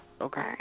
Okay